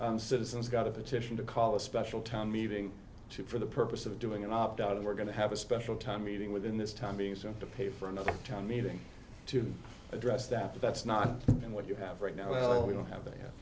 so citizens got a petition to call a special town meeting for the purpose of doing an opt out of we're going to have a special time meeting within this time being soon to pay for another town meeting to address that but that's not what you have right now well we don't have